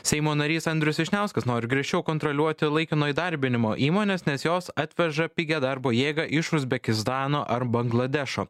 seimo narys andrius vyšniauskas nori griežčiau kontroliuoti laikino įdarbinimo įmones nes jos atveža pigią darbo jėgą iš uzbekistano ar bangladešo